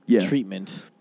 treatment